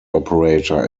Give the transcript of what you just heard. operator